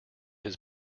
his